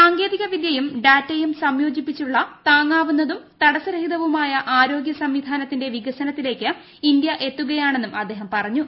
സാങ്കേതിക വിദ്യയും ഡാറ്റയും സംയോജിപ്പിച്ചുള്ളൂ താങ്ങാവുന്നതും തടസ്സ രഹിതവുമായ ആരോഗൃ സംവിധാഗ്നത്തിന്റെ വികസനത്തിലേക്ക് ഇന്തൃ എത്തുകയാണെന്നും അദ്ദേഹം പറഞ്ഞു